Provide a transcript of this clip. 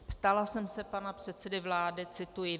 Ptala jsem se pana předsedy vlády cituji: